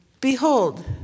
Behold